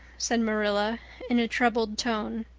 said marilla in a troubled tone.